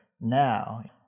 now